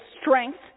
strength